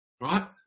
Right